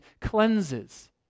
cleanses